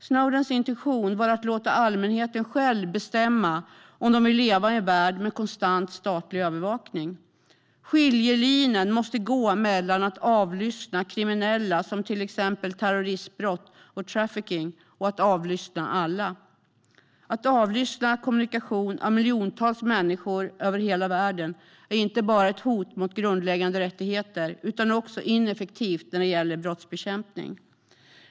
Snowdens intention var att låta allmänheten själv bestämma om man vill leva i en värld med konstant statlig övervakning. Skiljelinjen måste gå mellan att avlyssna kriminella, till exempel när det gäller terroristbrott och trafficking, och att avlyssna alla. Att avlyssna kommunikation mellan miljontals människor över hela världen är inte bara ett hot mot grundläggande rättigheter utan också ineffektivt när det gäller brottsbekämpning.